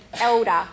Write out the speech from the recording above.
elder